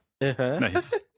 Nice